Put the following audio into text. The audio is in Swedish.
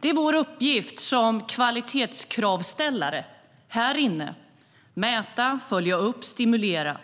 Det är vår uppgift som kvalitetskravställare här inne att mäta, följa upp och stimulera.